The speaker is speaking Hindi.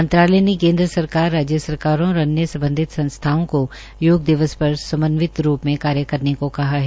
मंत्रालय ने केन्द्र सरकार राज्य सरकारों और अन्य संबंधित संस्थाओं को योग दिवस पर समन्वित रूप में कार्य करने को कहा है